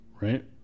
Right